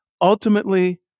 Ultimately